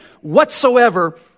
whatsoever